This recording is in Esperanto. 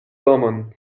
domon